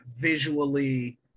visually